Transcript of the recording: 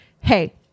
Hey